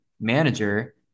manager